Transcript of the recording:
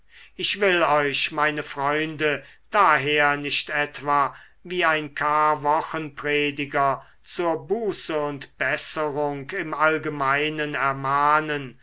ich will euch meine freunde daher nicht etwa wie ein karwochenprediger zur buße und besserung im allgemeinen ermahnen